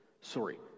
Sorry